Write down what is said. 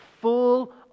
full